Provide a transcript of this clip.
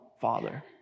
Father